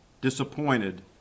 disappointed